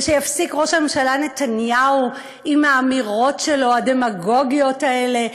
וכשיפסיק ראש הממשלה נתניהו עם האמירות הדמגוגיות האלה שלו,